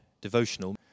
devotional